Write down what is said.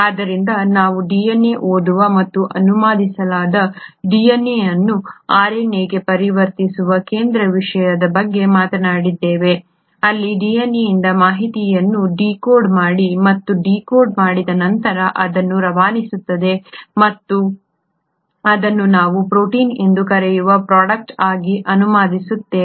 ಆದ್ದರಿಂದ ನಾವು DNA ಓದುವ ಮತ್ತು ಅನುವಾದಿಸಲಾದ DNA ಅನ್ನು RNA ಗೆ ಪರಿವರ್ತಿಸುವ ಕೇಂದ್ರ ವಿಷಯದ ಬಗ್ಗೆ ಮಾತನಾಡಿದ್ದೇವೆ ಅಲ್ಲಿ DNA ಯಿಂದ ಮಾಹಿತಿಯನ್ನು ಡಿಕೋಡ್ ಮಾಡಿ ಮತ್ತು ಡಿಕೋಡ್ ಮಾಡಿದ ನಂತರ ಅದನ್ನು ರವಾನಿಸುತ್ತದೆ ಮತ್ತು ಅದನ್ನು ನಾವು ಪ್ರೋಟೀನ್ ಎಂದು ಕರೆಯುವ ಪ್ರೋಡ್ಯಾಕ್ಟ್ ಆಗಿ ಅನುವಾದಿಸುತ್ತದೆ